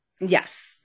Yes